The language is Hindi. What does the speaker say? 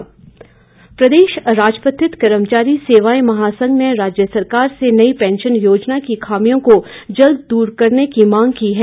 कर्मचारी महासंघ प्रदेश अराजपत्रित कर्मचारी सेवाएं महासंघ ने राज्य सरकार से नई पैंशन योजना की खामियों को जल्द दूर करने की मांग की है